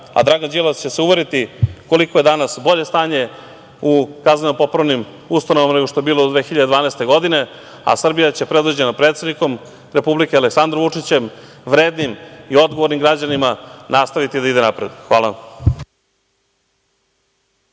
a Dragan Đilas će se uveriti koliko je danas bolje stanje u kazneno-popravnim ustanovama, nego što je bilo do 2012. godine, a Srbija će, predvođena predsednikom Republike Aleksandrom Vučićem, vrednim i odgovornim građanima nastaviti da ide napred. Hvala